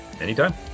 Anytime